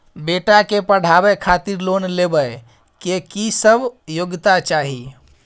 बेटा के पढाबै खातिर लोन लेबै के की सब योग्यता चाही?